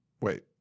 Wait